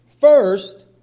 first